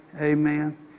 amen